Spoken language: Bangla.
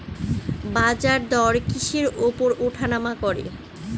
বাজারদর কিসের উপর উঠানামা করে?